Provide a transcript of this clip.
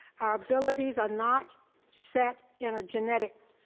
our abilities are not set in a genetic,